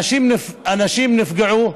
אנשים נפגעו,